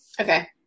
Okay